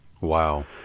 Wow